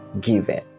given